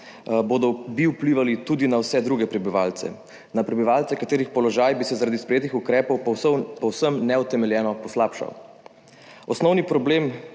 bi vplivali tudi na vse druge prebivalce, na prebivalce, katerih položaj bi se zaradi sprejetih ukrepov povsem neutemeljeno poslabšal. Osnovni problem